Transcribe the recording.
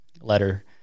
letter